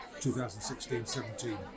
2016-17